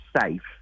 safe